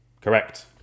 Correct